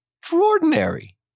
extraordinary